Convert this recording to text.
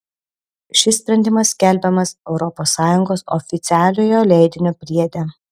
šis sprendimas skelbiamas europos sąjungos oficialiojo leidinio priede